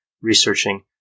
researching